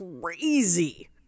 crazy